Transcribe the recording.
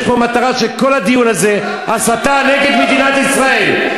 יש פה מטרה שכל הדיון הזה, הסתה נגד מדינת ישראל.